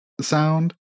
sound